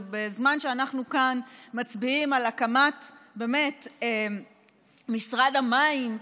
בזמן שאנחנו כאן מצביעים על הקמת משרד המים,